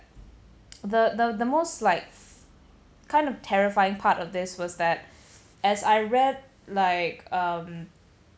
the the the most like kind of terrifying part of this was that as I read like um